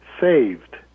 saved